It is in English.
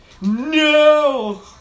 No